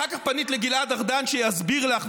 ואחר כך פנית לגלעד ארדן שיסביר לך,